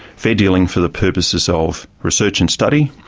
fair dealing for the purposes of research and study,